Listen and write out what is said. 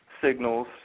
signals